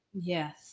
Yes